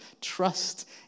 Trust